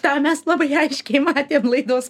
tą mes labai aiškiai matėm laidos